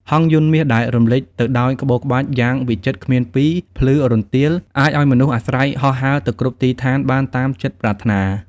ហង្សយន្តមាសដែលរំលេចទៅដោយក្បូរក្បាច់យ៉ាងវិចិត្រគ្មានពីរ ភ្លឺរន្ទាល អាចឱ្យមនុស្សអាស្រ័យហោះហើរទៅគ្រប់ទីស្ថានបានតាមចិត្តប្រាថ្នា។